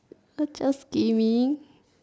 it's just gaming